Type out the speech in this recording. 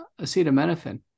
acetaminophen